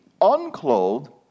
unclothed